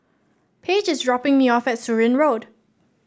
Paige is dropping me off at Surin Road